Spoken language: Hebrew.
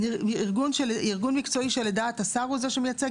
ארגון מקצועי שלדעת השר הוא זה שמייצג?